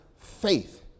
faith